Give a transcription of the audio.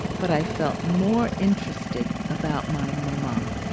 but i felt more interested about my mama.